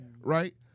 right